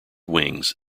wings